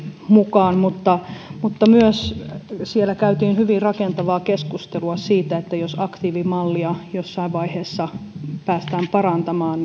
mukaan mutta mutta siellä käytiin hyvin rakentavaa keskustelua myös siitä että jos aktiivimallia jossain vaiheessa päästään parantamaan